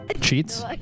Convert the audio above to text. cheats